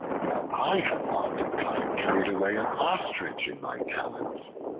well, i have often caught and carried away an ostrich in my talons.